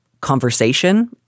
conversation